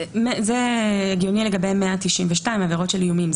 זה הגיוני לגבי 192, עבירות של איומים.